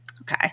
Okay